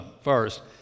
first